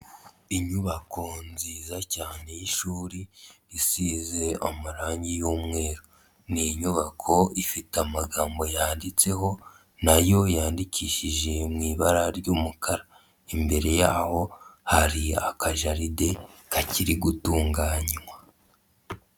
Inyubako nziza cyane y'ishuri isize amarangi y'umweru, ni inyubako ifite amagambo yanditseho nayo yandikishije mu ibara ry'umukara imbere yaho hari akajaride kakiri gutunganywa.